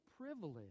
privilege